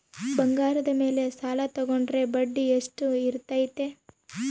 ಬಂಗಾರದ ಮೇಲೆ ಸಾಲ ತೋಗೊಂಡ್ರೆ ಬಡ್ಡಿ ಎಷ್ಟು ಇರ್ತೈತೆ?